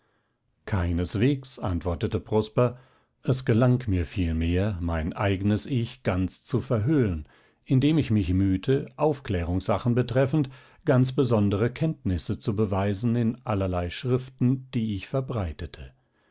keinesweges antwortete prosper es gelang mir vielmehr mein eignes ich ganz zu verhüllen indem ich mich mühte aufklärungssachen betreffend ganz besondere kenntnisse zu beweisen in allerlei schriften die ich verbreitete